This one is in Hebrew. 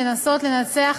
לנסות לנסח